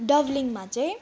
डाब्लिङमा चाहिँ